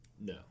No